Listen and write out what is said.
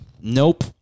Nope